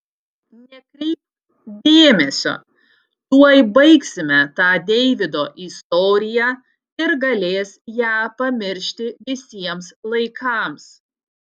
nekreipk dėmesio tuoj baigsime tą deivydo istoriją ir galės ją pamiršti visiems laikams